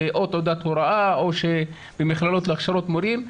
או תעודת הוראה או במכללות להכשרות מורים.